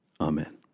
Amen